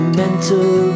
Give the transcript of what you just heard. mental